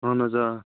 اہن حظ آ